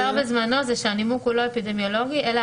בזמנו נאמר שהנימוק הוא לא אפידמיולוגי אלא